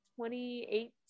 2018